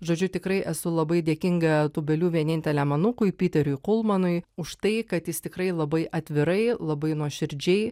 žodžiu tikrai esu labai dėkinga tūbelių vieninteliam anūkui piteriui kulmanui už tai kad jis tikrai labai atvirai labai nuoširdžiai